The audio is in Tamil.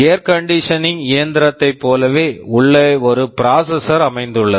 ஏர் கண்டிஷனிங் air conditioning இயந்திரத்தைப் போலவே உள்ளே ஒரு ப்ராசஸர் processor அமைந்துள்ளது